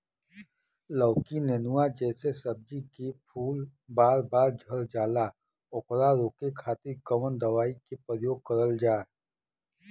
लौकी नेनुआ जैसे सब्जी के फूल बार बार झड़जाला ओकरा रोके खातीर कवन दवाई के प्रयोग करल जा?